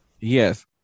yes